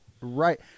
Right